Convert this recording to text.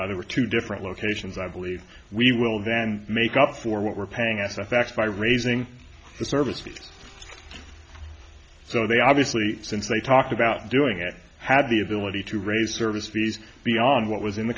other two different locations i believe we will then make up for what we're paying as a fact by raising the service fees so they obviously since they talk about doing it have the ability to raise service fees beyond what was in the